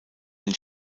den